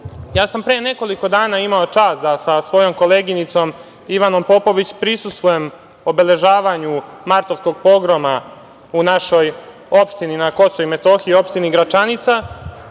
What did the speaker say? sam pre nekoliko dana imao čast da sa svojom koleginicom Ivanom Popović prisustvujem obeležavanju martovskog pogroma u našoj opštini na KiM, opštini Gračanica